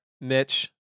Mitch